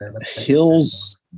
hills